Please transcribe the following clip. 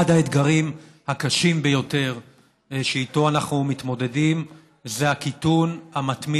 אחד האתגרים הקשים ביותר שאיתם אנחנו מתמודדים זה הקיטון המתמיד,